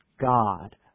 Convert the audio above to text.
God